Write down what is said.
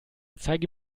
zeige